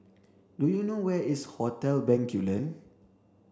do you know where is Hotel Bencoolen